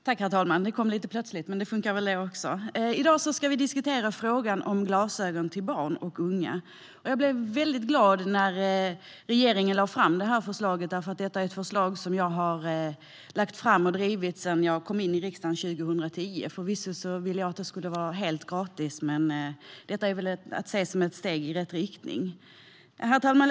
Herr talman! I dag ska vi diskutera frågan om glasögon till barn och unga. Jag blev väldigt glad när regeringen lade fram det här förslaget, eftersom det är ett förslag som jag har drivit sedan jag kom in i riksdagen 2010. Förvisso vill jag att det ska vara helt gratis, men detta är väl att se som ett steg i rätt riktning. Herr talman!